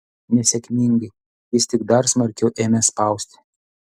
nesėkmingai jis tik dar smarkiau ėmė spausti